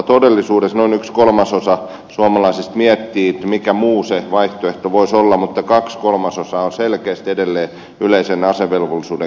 todellisuudessa noin yksi kolmasosa suomalaisista miettii mikä muu se vaihtoehto voisi olla mutta kaksi kolmasosaa on selkeästi edelleen yleisen asevelvollisuuden kannattajia